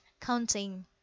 counting